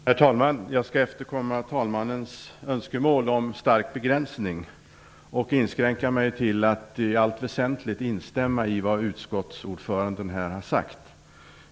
Herr talman! Jag skall efterkomma talmannens önskemål om en stark begränsning av taletiden. Jag inskränker mig därför till att i allt väsentligt instämma i vad utskottsordföranden här har sagt.